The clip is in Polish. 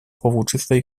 powłóczystej